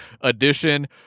edition